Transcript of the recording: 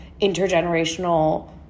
intergenerational